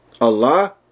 Allah